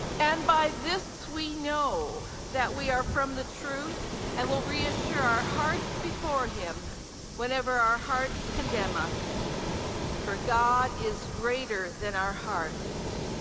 and by this we will know that we are from the truth and will reassure our hearts before him whenever our hearts condemn us for god is greater than our hearts,